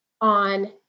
on